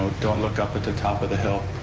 don't look up at the top of the hill.